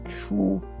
true